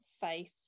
faith